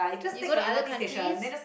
you go to other countries